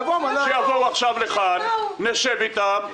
שיבואו לכאן נציגי המל"ג ונשב איתם.